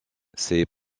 ses